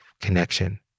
connection